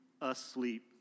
asleep